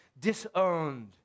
disowned